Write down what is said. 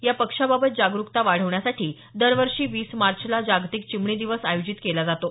या पक्ष्याबाबत जागरूकता वाढवण्यासाठी दर वर्षी वीस मार्चला जागतिक चिमणी दिवस आयोजित केला जातो